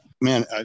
man